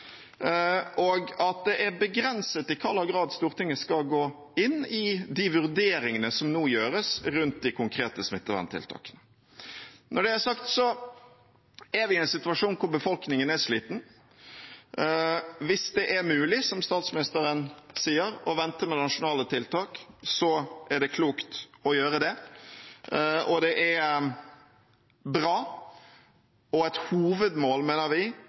og at det er begrenset i hvilken grad Stortinget skal gå inn i de vurderingene som nå gjøres rundt de konkrete smitteverntiltakene. Når det er sagt, er vi i en situasjon der befolkningen er sliten. Hvis det er mulig, som statsministeren sier, å vente med nasjonale tiltak, er det klokt å gjøre det. Det er bra – og et hovedmål mener vi det må være for en eventuell ny bølge – at vi